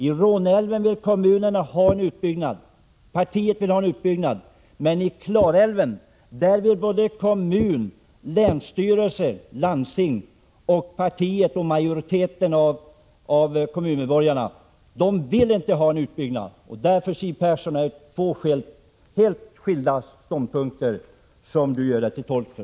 I Råneälven vill kommunerna och partiet ha en utbyggnad, men i Klarälven vill inte vare sig kommun, länsstyrelse, landsting, partiet eller majoriteten av kommunmedborgarna ha en utbyggnad. Därför är det två helt skilda ståndpunkter som Siw Persson gör sig till tolk för.